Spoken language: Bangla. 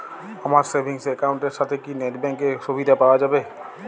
আমার সেভিংস একাউন্ট এর সাথে কি নেটব্যাঙ্কিং এর সুবিধা পাওয়া যাবে?